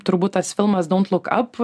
turbūt tas filmas dont luk ap